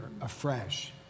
afresh